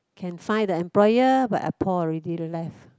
can find the employer but ah Paul already left